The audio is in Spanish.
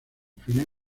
fines